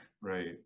Right